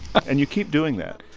and you keep doing that